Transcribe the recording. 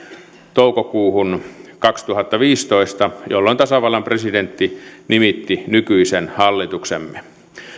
toukokuuhun kaksituhattaviisitoista jolloin tasavallan presidentti nimitti nykyisen hallituksemme